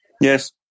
Yes